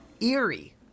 eerie